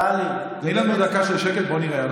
תני לנו דקה של שקט, בואו נראה.